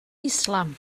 islam